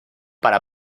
para